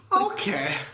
Okay